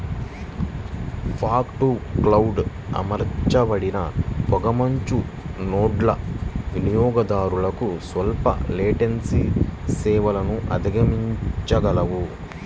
fog to cloud అమర్చబడిన పొగమంచు నోడ్లు వినియోగదారులకు స్వల్ప లేటెన్సీ సేవలను అందించగలవు